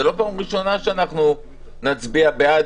זה לא פעם ראשונה שאנחנו נצביע בעד,